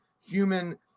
human